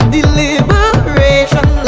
Deliberation